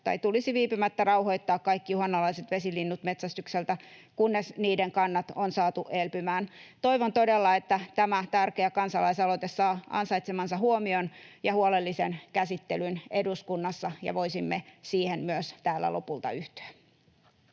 tulisi viipymättä rauhoittaa kaikki uhanalaiset vesilinnut metsästykseltä, kunnes niiden kannat on saatu elpymään. Toivon todella, että tämä tärkeä kansalaisaloite saa ansaitsemansa huomion ja huolellisen käsittelyn eduskunnassa ja voisimme siihen myös täällä lopulta yhtyä.